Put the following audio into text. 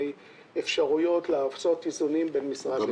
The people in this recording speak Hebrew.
ואפשרויות לעשות איזונים בין משרד למשרד.